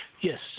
yes